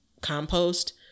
compost